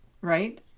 Right